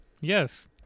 Yes